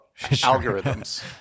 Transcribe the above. algorithms